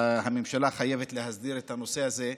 והממשלה חייבת להסדיר את הנושא הזה.